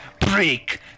break